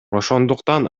ошондуктан